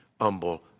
humble